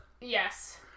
Yes